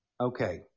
Okay